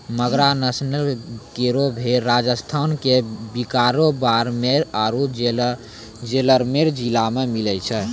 मगरा नस्ल केरो भेड़ राजस्थान क बीकानेर, बाड़मेर आरु जैसलमेर जिला मे मिलै छै